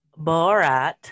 Borat